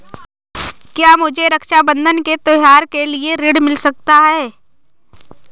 क्या मुझे रक्षाबंधन के त्योहार के लिए ऋण मिल सकता है?